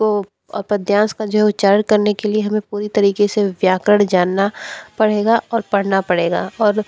तो पदयांश का जो उच्चारण करने के लिए हमें पूरे तरीक़े से व्याकरण जानना पड़ेगा और पढ़ना पड़ेगा और